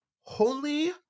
Holy